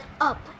up